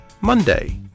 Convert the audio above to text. Monday